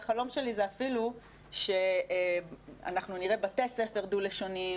שהחלום שלי זה אפילו שאנחנו נראה בתי ספר דו-לשוניים,